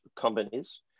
companies